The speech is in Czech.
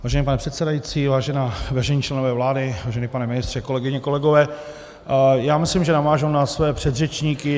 Vážený pane předsedající, vážení členové vlády, vážený pane ministře, kolegyně, kolegové, já myslím, že navážu na své předřečníky.